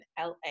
LA